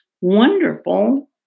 wonderful